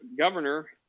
governor